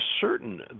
certain